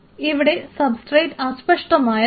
ഇവിടെ സബ്സ്ട്രേറ്റ് അസ്പഷ്ടമായതാണ്